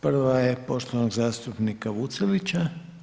Prva je poštovanog zastupnika Vucelića.